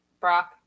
Brock